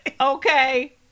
Okay